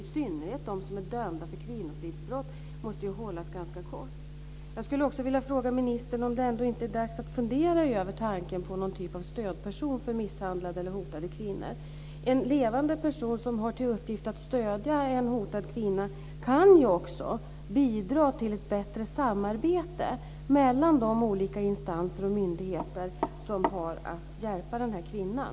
I synnerhet de som är dömda för kvinnofridsbrott måste ju hållas ganska kort. Jag skulle också vilja fråga ministern om det ändå inte är dags att fundera över tanken på någon typ av stödperson för misshandlade eller hotade kvinnor. En levande person som har till uppgift att stödja en hotad kvinna kan ju också bidra till ett bättre samarbete mellan de olika instanser och myndigheter som har att hjälpa kvinnan.